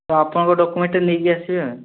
ତ ଆପଣଙ୍କ ଡକୁମେଣ୍ଟ୍ ନେଇକରି ଆସିବେ